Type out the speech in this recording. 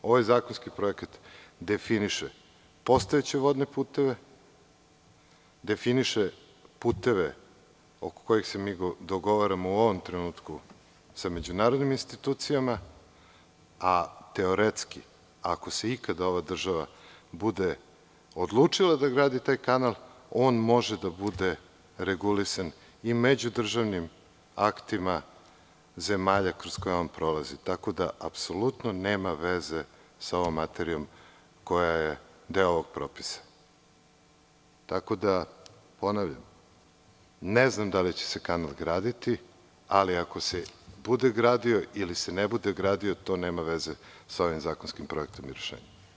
Ovaj zakonski projekat definiše postojeće vodne puteve, definiše puteve oko kojih se mi dogovaramo u ovom trenutku sa međunarodnim institucijama, a teoretski, ako se ikada ova država bude odlučila da gradi taj kanal, on mora da bude regulisan i međudržavnim aktima zemalja kroz koje on prolazi, tako da nema veze sa ovom materijom koja je deo ovog propisa, tako da, ponavljam, ne znam da li će se kanal graditi, ali ako se bude gradio ili ne bude gradio, te nema veze sa ovim zakonskim projektom i rešenjem.